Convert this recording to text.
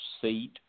seat